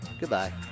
Goodbye